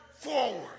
forward